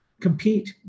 compete